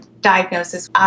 diagnosis